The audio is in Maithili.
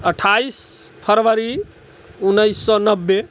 अठ्ठाइस फरबरी उन्नैस सए नब्बे